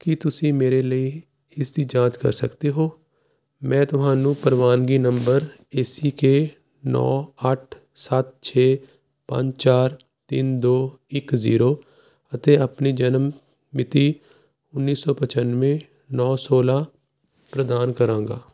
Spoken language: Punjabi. ਕੀ ਤੁਸੀਂ ਮੇਰੇ ਲਈ ਇਸ ਦੀ ਜਾਂਚ ਕਰ ਸਕਦੇ ਹੋ ਮੈਂ ਤੁਹਾਨੂੰ ਪ੍ਰਵਾਨਗੀ ਨੰਬਰ ਏ ਸੀ ਕੇ ਨੌਂ ਅੱਠ ਸੱਤ ਛੇ ਪੰਜ ਚਾਰ ਤਿੰਨ ਦੋ ਇੱਕ ਜੀਰੋ ਅਤੇ ਆਪਣੀ ਜਨਮ ਮਿਤੀ ਉੱਨੀ ਸੋ ਪਚਾਨਵੇਂ ਨੌਂ ਸੋਲਾਂ ਪ੍ਰਦਾਨ ਕਰਾਂਗਾ